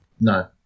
No